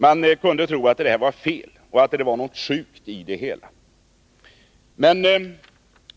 Man kunde tro att det var något fel, att det var något sjukt i det hela.